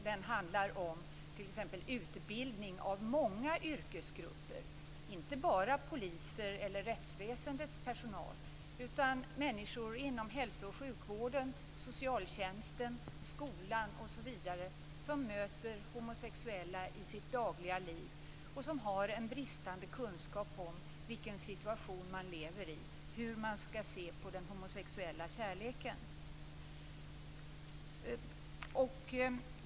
Den handlar om t.ex. utbildning av många yrkesgrupper - inte bara poliser eller rättsväsendets personal, utan också människor inom hälso och sjukvården, socialtjänsten, skolan osv., som möter homosexuella i sitt dagliga liv och som har en bristande kunskap om vilken situation de lever i och om hur man skall se på den homosexuella kärleken.